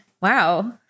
wow